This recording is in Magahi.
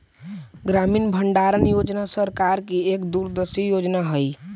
ग्रामीण भंडारण योजना सरकार की एक दूरदर्शी योजना हई